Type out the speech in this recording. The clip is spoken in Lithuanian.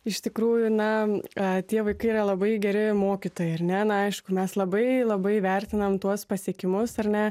iš tikrųjų na tie vaikai yra labai geri mokytojai ar ne na aišku mes labai labai vertinam tuos pasiekimus ar ne